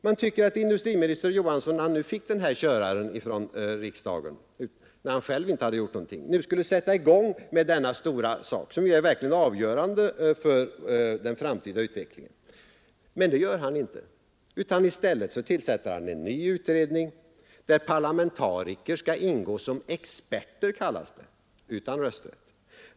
Man tycker att industriminister Johansson, när han fick denna körare från riksdagen sedan han själv inte hade gjort någonting, nu skulle ha satt i gång med denna stora sak som är avgörande för den framtida utvecklingen, men det gör han inte utan i stället tillsätter han en ny utredning, där parlamentariker skall ingå som experter, utan rösträtt.